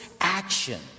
action